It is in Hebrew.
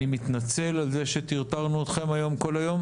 אני מתנצל על זה שטרטרנו אתכם היום כל היום,